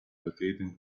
rotating